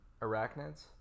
Arachnids